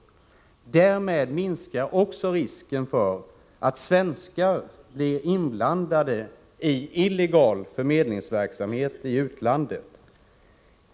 Därmed minskar också risken för att svenskar blir inblandade i illegal förmedlingsverksamhet i utlandet.